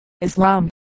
Islam